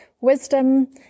wisdom